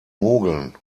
mogeln